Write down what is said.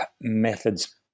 methods